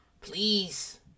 please